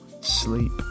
sleep